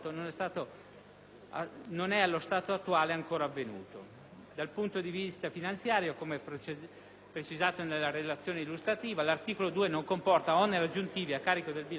non è allo stato attuale ancora avvenuta. Dal punto di vista finanziario, come precisato anche nella relazione illustrativa, l'articolo 2 non comporta oneri aggiuntivi a carico del bilancio dello Stato.